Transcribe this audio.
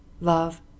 Love